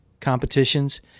competitions